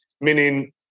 meaning